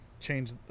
change